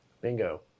bingo